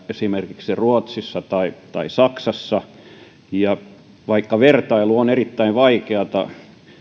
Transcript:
esimerkiksi ruotsissa tai tai saksassa vaikka vertailu on erittäin vaikeata